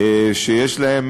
שיש להן